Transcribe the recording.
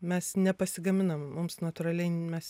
mes nepasigaminam mums natūraliai mes